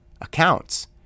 accounts